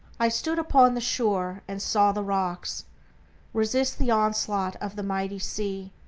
i stood upon the shore, and saw the rocks resist the onslaught of the mighty sea,